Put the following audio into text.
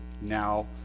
now